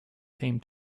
came